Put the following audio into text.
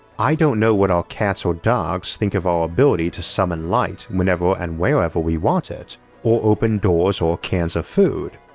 i don't know what our cats or dogs think of our ability to summon light whenever and wherever we want it or open doors or cans of food,